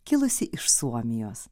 kilusi iš suomijos